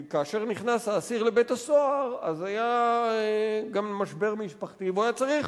כי כאשר נכנס האסיר לבית-הסוהר אז היה גם משבר משפחתי והוא היה צריך